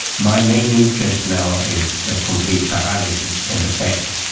my main interest now is the complete paralysis and effect,